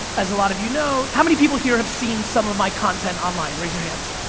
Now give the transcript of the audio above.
as a lot of you know, how many people here have seen some of my content online, raise your hands?